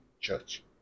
church